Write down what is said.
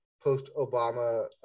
post-Obama